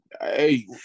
hey